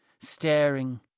staring